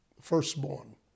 firstborn